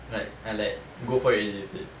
like I like go for it already seh